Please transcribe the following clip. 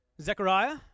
Zechariah